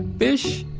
fish!